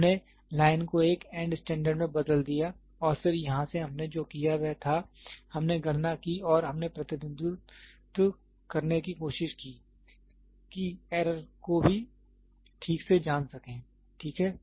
हमने लाइन को एक एंड स्टैंडर्ड में बदल दिया और फिर यहां से हमने जो किया वह था हमने गणना की और हमने प्रतिनिधित्व करने की कोशिश की कि एरर को भी ठीक से जान सकें ठीक है